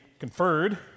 conferred